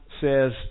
says